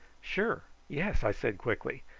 sure! yes, i said quickly.